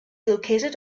located